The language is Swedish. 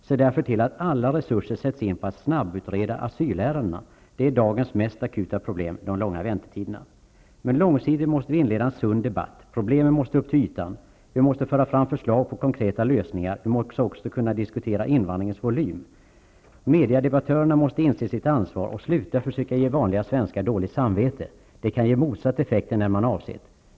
Se därför till att alla resurser sätts in på att snabbutreda asylärendena! De långa väntetiderna är dagens mest akuta problem. Långsiktigt måste vi inleda en sund debatt. Problemen måste upp till ytan. Vi måste föra fram förslag på konkreta lösningar. Vi måste också kunna diskutera invandringens volym. Mediadebattörerna måste inse sitt ansvar och sluta att försöka ge vanliga svenskar dåligt samvete. Det kan ge motsatt effekt än den man avsett.